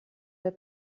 der